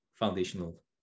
foundational